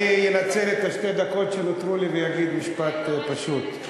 אני אנצל את שתי הדקות שנותרו לי ואגיד משפט פשוט.